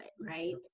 right